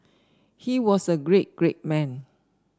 he was a great great man